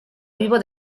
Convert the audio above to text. vivo